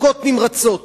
מכות נמרצות